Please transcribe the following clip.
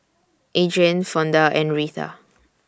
Adrian Fonda and Retha